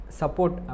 support